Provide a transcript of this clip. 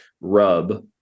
rub